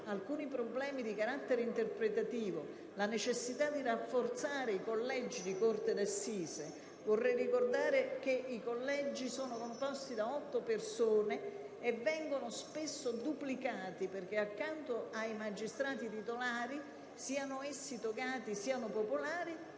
alcuni problemi di carattere interpretativo) oltre la necessità di rafforzare i collegi di corte d'assise. A questo riguardo, vorrei infatti ricordare che i collegi sono composti da otto persone e vengono spesso duplicati perché, accanto ai magistrati titolari, siano essi togati o popolari,